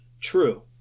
True